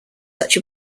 such